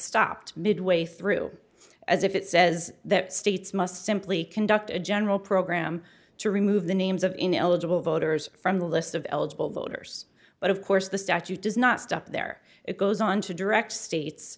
stopped midway through as if it says that states must simply conduct a general program to remove the names of ineligible voters from the list of eligible voters but of course the statute does not stop there it goes on to direct states